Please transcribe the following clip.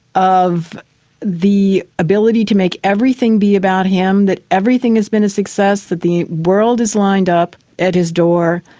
of the ability to make everything be about him, that everything has been a success, that the world is lined up at his door,